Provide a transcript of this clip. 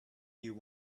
you